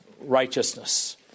righteousness